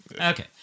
Okay